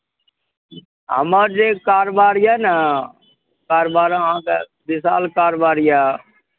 हमर जे कारोबार यए ने कारोबार अहाँके विशाल कारोबार यए